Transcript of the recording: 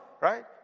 right